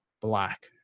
black